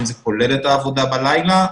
האם זה כולל את העבודה בלילה,